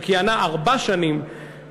שכיהנה ארבע שנים,